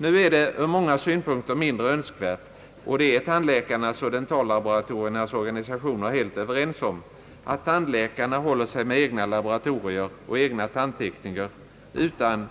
Det är ur många synpunkter mindre önskvärt — och det är tandläkarnas och dentallaboratoriernas organisationer helt överens om — att tandläkarna håller sig med egna laboratorier och egna tandtekniker, utan